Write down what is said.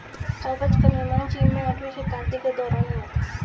कागज का निर्माण चीन में आठवीं शताब्दी के दौरान हुआ था